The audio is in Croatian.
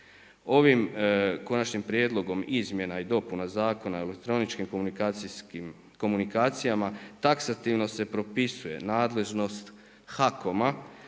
Ovim konačnim prijedlogom izmjena i dopuna Zakona o elektroničkim komunikacijama, taksativno se propisuje nadležnost HAKOMA